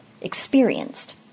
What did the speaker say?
experienced